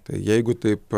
tai jeigu taip